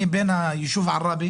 אני תושב הישוב עראבה